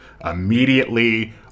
immediately